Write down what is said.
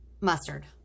mustard